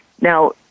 Now